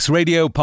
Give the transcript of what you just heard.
Radio